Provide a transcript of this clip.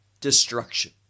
destruction